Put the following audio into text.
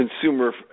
consumer